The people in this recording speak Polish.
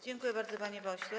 Dziękuję bardzo, panie pośle.